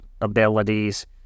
abilities